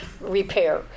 repair